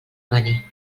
avenir